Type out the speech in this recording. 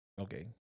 Okay